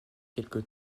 quelque